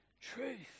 truth